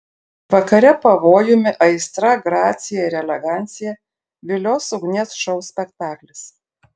vakare pavojumi aistra gracija ir elegancija vilios ugnies šou spektaklis